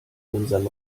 unserem